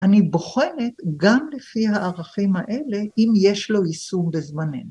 אני בוחנת גם לפי הערכים האלה אם יש לו איסור בזמננו.